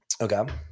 Okay